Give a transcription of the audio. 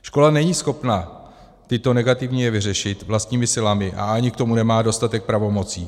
Škola není schopna tyto negativní jevy řešit vlastními silami a ani k tomu nemá dostatek pravomocí.